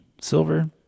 Silver